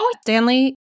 Stanley